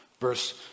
Verse